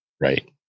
Right